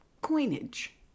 coinage